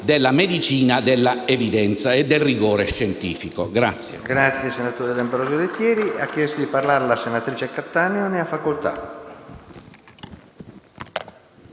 della medicina della evidenza e del rigore scientifico.